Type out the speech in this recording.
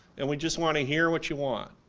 and we just want to hear what you want.